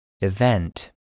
Event